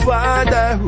Father